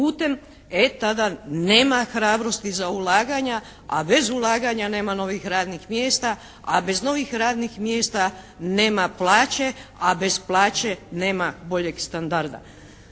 e tada nema hrabrosti za ulaganja a bez ulaganja nema novih radnih mjesta, a bez novih radnih mjesta nema plaće a bez plaće nema boljeg standarda.